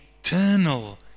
eternal